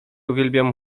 uwielbiam